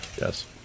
Yes